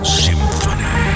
symphony